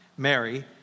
Mary